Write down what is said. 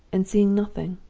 and seeing nothing.